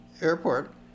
Airport